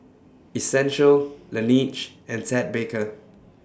Essential Laneige and Ted Baker